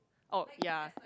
oh ya